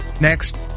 Next